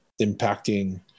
impacting